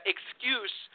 Excuse